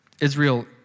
Israel